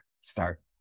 start